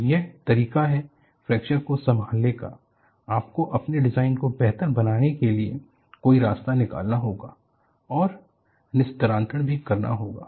तो यह तरीका है फ्रैक्चर को संभालने का आपको अपने डिज़ाइन को बेहतर बनाने के लिए कोई रास्ता निकालना होगा और निस्तारण भी करना होगा